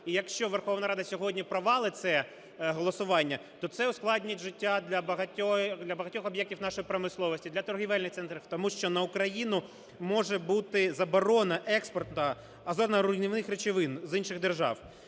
І якщо Верховна Рада сьогодні провалить це голосування, то це ускладнить життя для багатьох об'єктів нашої промисловості, для торгівельних центрів, тому що на Україну може бути заборона експорту озоноруйнівних речовин з інших держав.